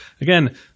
Again